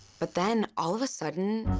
but then all of a sudden.